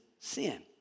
sin